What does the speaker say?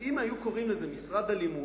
אם היו קוראים לזה "משרד הלימוד",